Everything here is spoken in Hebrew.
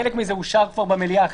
חלק כבר אושר במליאה.